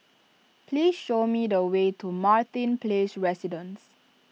please show me the way to Martin Place Residences